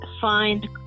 find